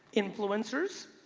influencers,